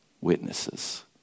Witnesses